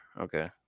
Okay